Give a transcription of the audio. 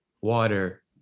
water